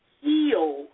heal